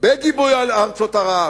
בגיבוי ארצות ערב,